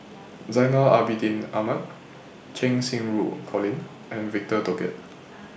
Zainal Abidin Ahmad Cheng Xinru Colin and Victor Doggett